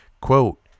Quote